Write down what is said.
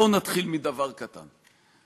בואו נתחיל מדבר קטן,